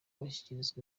bashyikirizwa